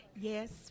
yes